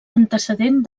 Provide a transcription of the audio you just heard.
antecedent